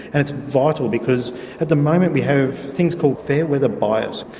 and it's vital because at the moment we have things called fair weather bias.